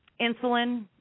Insulin